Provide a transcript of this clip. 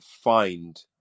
find